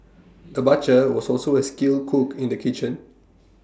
the butcher was also A skilled cook in the kitchen